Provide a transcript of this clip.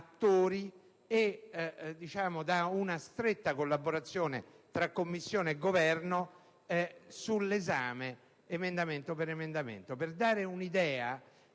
e da una stretta collaborazione tra Commissione e Governo sull'esame di ogni singolo emendamento. Per dare un'idea